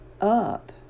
up